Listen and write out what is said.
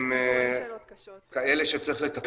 חבר